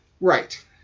Right